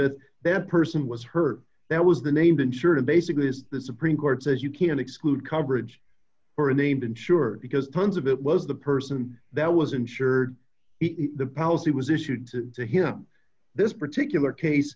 it that person was hurt that was the named insured of basically is the supreme court says you can't exclude coverage for a named insured because tons of it was the person that was insured the policy was issued to him this particular case